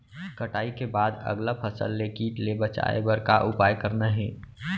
कटाई के बाद अगला फसल ले किट ले बचाए बर का उपाय करना हे?